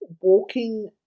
walking